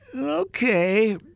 okay